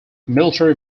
military